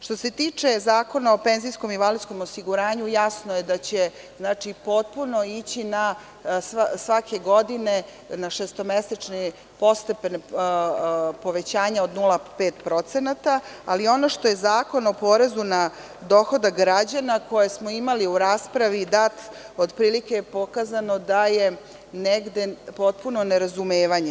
Što se tiče Zakona o penzijskom i invalidskom osiguranju, jasno je da će se potpuno ići svake godine na šestomesečna postepena povećanja od 0,5%, ali ono što je Zakon o porezu na dohodak građana koje smo imali u raspravi, otprilike je pokazano da je negde potpuno nerazumevanje.